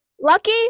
lucky